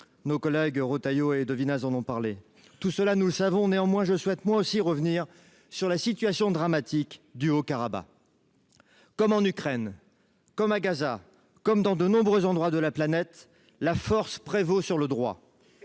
nos collègues Retailleau et Devinaz. Tout cela, nous le savons, mais je souhaite tout de même revenir sur la situation dramatique du Haut-Karabakh. Comme en Ukraine, comme à Gaza, comme dans de nombreux endroits de la planète, la force prévaut sur le droit.